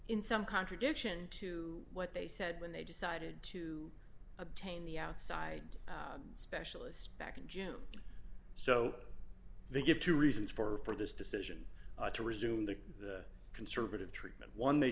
in some contradiction to what they said when they decided to obtain the outside specialist back in june so they give two reasons for this decision to resume the conservative treatment one they